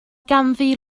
ganddi